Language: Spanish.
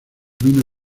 vino